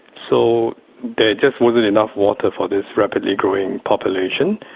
so there just wasn't enough water for this rapidly-growing population,